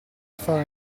fare